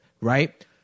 right